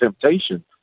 temptation